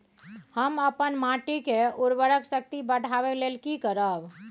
हम अपन माटी के उर्वरक शक्ति बढाबै लेल की करब?